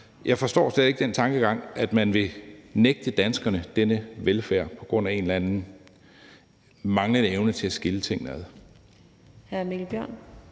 jeg forstår stadig ikke den tankegang, at man vil nægte danskerne denne velfærd på grund af en eller anden manglende evne til at skille tingene ad.